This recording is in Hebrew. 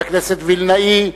חבר הכנסת וילנאי,